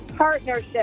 Partnership